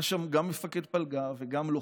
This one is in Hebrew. היה שם גם מפקד פלוגה וגם לוחם,